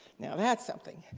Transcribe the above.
now that's something.